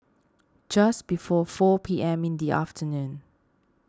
just before four P M in the afternoon